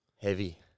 Heavy